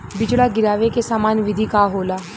बिचड़ा गिरावे के सामान्य विधि का होला?